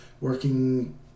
working